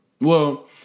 well-